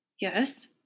yes